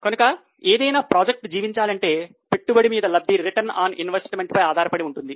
కనుక ఏదైనా ప్రాజెక్టు జీవించాలంటే పెట్టుబడి మీద లబ్ధి పై ఆధారపడి ఉంటుంది